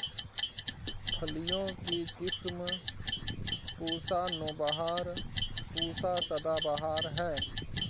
फलियों की किस्म पूसा नौबहार, पूसा सदाबहार है